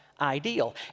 ideal